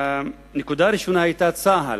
הנקודה הראשונה היתה צה"ל.